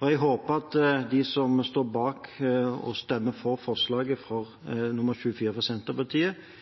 Jeg håper at de som står bak og stemmer for forslag nr. 24, fra Senterpartiet,